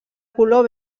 color